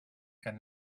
can